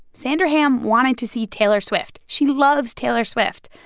sandra hamm wanted to see taylor swift. she loves taylor swift.